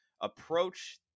approach